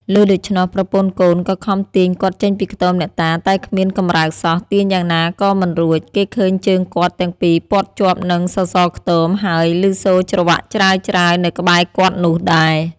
ឮដូច្នោះ ប្រពន្ធកូនក៏ខំទាញគាត់ចេញពីខ្ទម អ្នកតា តែគ្មានកម្រើកសោះ ទាញយ៉ាងណាក៏មិនរួច គេឃើញជើងគាត់ទាំងពីរព័ទ្ធជាប់នឹងសសរខ្ទម ហើយ ឮសូរច្រវាក់ច្រាវៗនៅក្បែរគាត់នោះដែរ ។